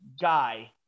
guy